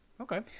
Okay